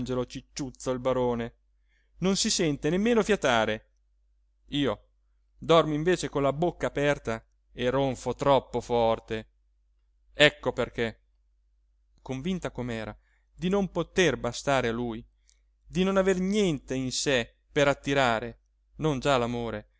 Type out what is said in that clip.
cicciuzzo il barone non si sente nemmeno fiatare io dormo invece con la bocca aperta e ronfo troppo forte ecco perché convinta com'era di non poter bastare a lui di non aver niente in sé per attirare non già